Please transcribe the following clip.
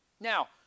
Now